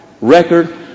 record